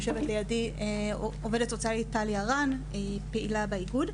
יושבת לידי עובדת סוציאלית טלי הרן, פעילה באיגוד.